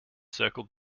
circled